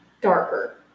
darker